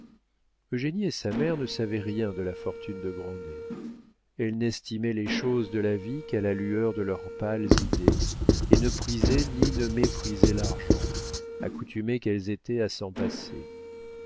naïveté eugénie et sa mère ne savaient rien de la fortune de grandet elles n'estimaient les choses de la vie qu'à la lueur de leurs pâles idées et ne prisaient ni ne méprisaient l'argent accoutumées qu'elles étaient à s'en passer